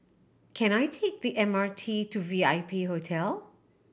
can I take the M R T to V I P Hotel